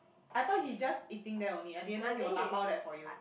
I thought he just eating there only I didn't know he will dabao that for you